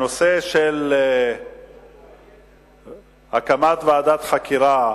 הנושא של הקמת ועדת חקירה